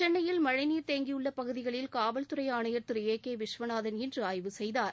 சென்னையில் மழைநீர் தேங்கியுள்ள பகுதிகளில் காவல்துறை ஆணையர் திரு ஏ கே விஸ்வநாதன் இன்று ஆய்வு செய்தார்